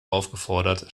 aufgefordert